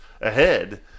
ahead